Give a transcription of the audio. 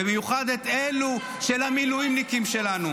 במיוחד את זה של המילואימניקים שלנו.